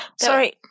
sorry